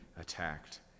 attacked